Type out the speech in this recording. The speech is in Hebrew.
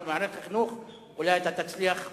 במערכת החינוך אולי אתה תצליח לתקן.